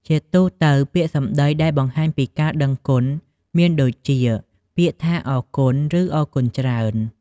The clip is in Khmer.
ជាទូទៅពាក្យសម្ដីដែលបង្ហាញពីការដឹងគុណមានដូចជា ពាក្យថាអរគុណ ឬអរគុណច្រើន។។